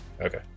Okay